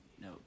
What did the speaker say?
no